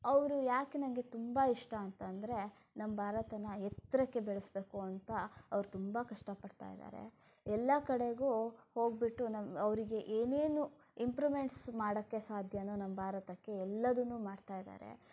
ಅವರು ಯಾಕೆ ನನಗೆ ತುಂಬ ಇಷ್ಟ ಅಂತ ಅಂದರೆ ನಮ್ಮ ಭಾರತಾನ ಎತ್ತರಕ್ಕೆ ಬೆಳೆಸಬೇಕು ಅಂತ ಅವರು ತುಂಬ ಕಷ್ಟಪಡ್ತಾಯಿದ್ದಾರೆ ಎಲ್ಲ ಕಡೆಗೂ ಹೋಗಿಬಿಟ್ಟು ನಮ್ಮ ಅವರಿಗೆ ಏನೇನು ಇಂಪ್ರೂಮೆಂಟ್ಸ್ ಮಾಡೋಕ್ಕೆ ಸಾಧ್ಯವೊ ನಮ್ಮ ಭಾರತಕ್ಕೆ ಎಲ್ಲವನ್ನೂ ಮಾಡ್ತಾಯಿದ್ದಾರೆ